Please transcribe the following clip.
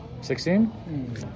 Sixteen